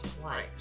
twice